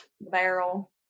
barrel